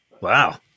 Wow